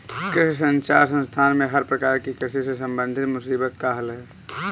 कृषि संचार संस्थान में हर प्रकार की कृषि से संबंधित मुसीबत का हल है